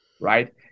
right